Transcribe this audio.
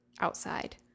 outside